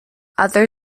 other